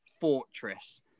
fortress